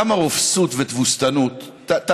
כמה רופסות ותבוסתנות יכולות להיות,